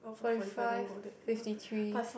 forty five fifty three